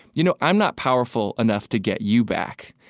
you know, i'm not powerful enough to get you back,